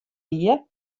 wie